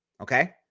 Okay